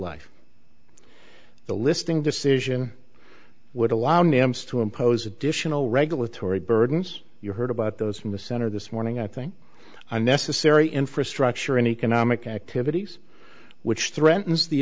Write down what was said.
life the listing decision would allow dems to impose additional regulatory burdens you heard about those from the center this morning i think unnecessary infrastructure and economic activities which threatens the